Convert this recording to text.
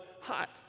hot